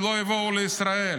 שלא יבואו לישראל.